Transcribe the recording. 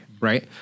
Right